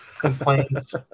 complaints